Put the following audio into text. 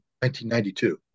1992